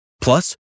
Plus